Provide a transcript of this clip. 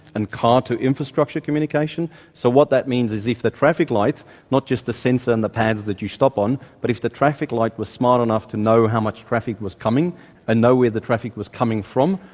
and car to infrastructure communication. so what that means is if the traffic light not just the sensor in and the pads that you stop on but if the traffic light was smart enough to know how much traffic was coming and know where the traffic was coming from,